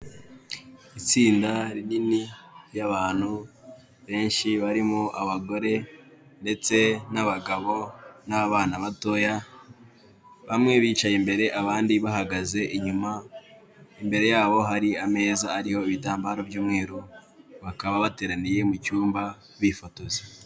Itsinda rinini ry'abantu benshi barimo abagore ndetse n'abagabo n'abana batoya, bamwe bicaye imbere abandi bahagaze inyuma, imbere yabo hari ameza ariho ibitambaro by'umweru, bakaba bateraniye mu cyumba bifotoza.